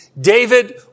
David